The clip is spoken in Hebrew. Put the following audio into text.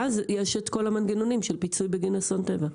ואז יש את כל המנגנונים של פיצוי בגין אסון טבע.